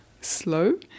Slow